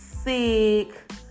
sick